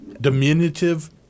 diminutive